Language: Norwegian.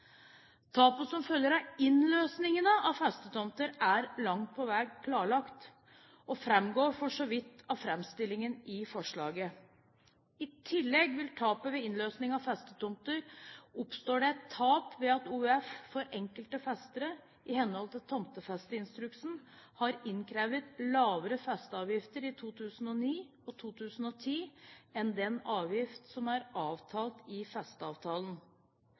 Tapet som følger av innløsningene av festetomter, er langt på vei klarlagt, og framgår for så vidt av framstillingen i forslaget. I tillegg til tapet ved innløsninger av festetomter oppstår det et tap ved at OVF for enkelte festere, i henhold til tomtefesteinstruksen, har innkrevd lavere festeavgifter i 2009 og 2010 enn den avgift som er avtalt i